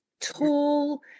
tall